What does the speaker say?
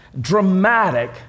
dramatic